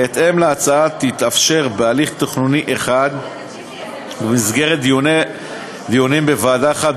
בהתאם להצעה תתאפשר בהליך תכנוני אחד ובמסגרת דיונים בוועדה אחת